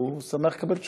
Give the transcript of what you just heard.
והוא שמח לקבל תשובה.